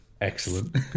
excellent